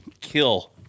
kill